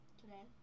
today